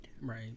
right